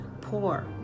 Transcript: poor